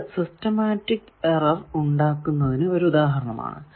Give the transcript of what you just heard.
അത് systematic error ഉണ്ടാകുന്നതിന് ഒരു ഉദാഹരണമാണ്